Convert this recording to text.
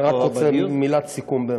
אני רק רוצה להגיד מילת סיכום.